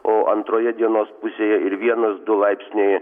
o antroje dienos pusėje ir vienas du laipsniai